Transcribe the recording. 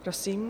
Prosím.